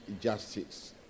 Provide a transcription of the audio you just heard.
justice